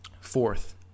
fourth